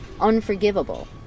unforgivable